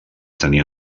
tenia